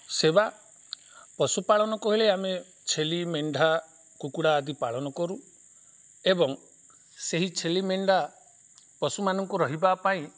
ସେବା ପଶୁପାଳନ କହିଲେ ଆମେ ଛେଳି ମେଣ୍ଢା କୁକୁଡ଼ା ଆଦି ପାଳନ କରୁ ଏବଂ ସେହି ଛେଳି ମେଣ୍ଢା ପଶୁମାନଙ୍କୁ ରହିବା ପାଇଁ